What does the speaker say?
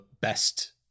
best